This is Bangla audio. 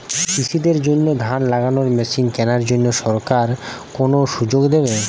কৃষি দের জন্য ধান লাগানোর মেশিন কেনার জন্য সরকার কোন সুযোগ দেবে?